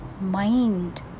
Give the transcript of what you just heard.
mind